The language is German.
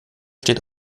steht